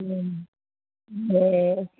ए